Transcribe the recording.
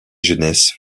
jeunesse